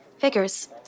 Figures